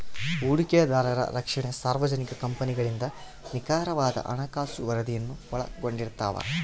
ಹೂಡಿಕೆದಾರರ ರಕ್ಷಣೆ ಸಾರ್ವಜನಿಕ ಕಂಪನಿಗಳಿಂದ ನಿಖರವಾದ ಹಣಕಾಸು ವರದಿಯನ್ನು ಒಳಗೊಂಡಿರ್ತವ